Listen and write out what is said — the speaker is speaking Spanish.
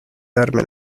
darme